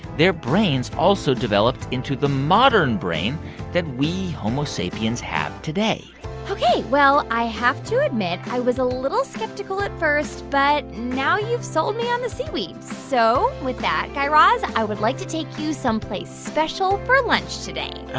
their brains also developed into the modern brain that we homo sapiens have today ok. well, i have to admit, i was a little skeptical at first. but now you've sold me on the seaweed. so with that, guy raz, i would like to take you someplace special for lunch today.